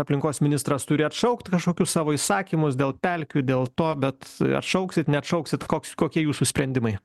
aplinkos ministras turi atšaukt kažkokius savo įsakymus dėl pelkių dėl to bet atšauksit neatšauksit koks kokie jūsų sprendimai